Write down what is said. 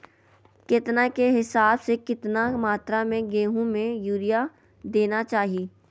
केतना के हिसाब से, कितना मात्रा में गेहूं में यूरिया देना चाही?